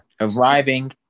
arriving